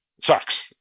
Sucks